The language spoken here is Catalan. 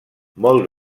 molt